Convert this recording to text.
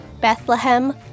Bethlehem